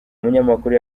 umunyamakuru